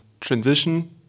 transition